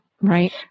right